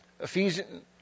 Ephesians